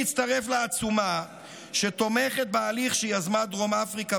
לעצומה שתומכת בהליך שיזמה דרום אפריקה